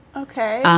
ok.